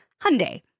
Hyundai